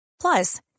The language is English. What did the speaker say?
Plus